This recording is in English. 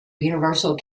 universal